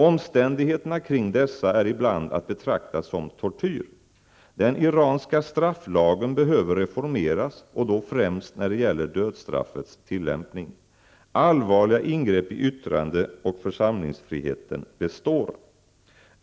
Omständigheterna kring dessa är ibland att betrakta som tortyr. Den iranska strafflagen behöver reformeras och då främst när det gäller dödsstraffets tillämpning. Allvarliga ingrepp i yttrande och församlingsfriheten består.